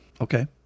Okay